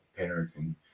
parenting